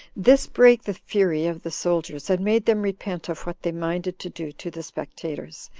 this brake the fury of the soldiers, and made them repent of what they minded to do to the spectators,